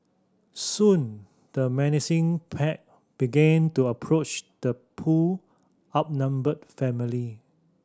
soon the menacing pack began to approach the poor outnumbered family